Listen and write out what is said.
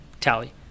tally